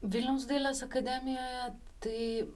vilniaus dailės akademijoje tai